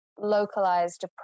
localized